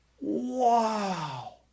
Wow